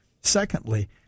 Secondly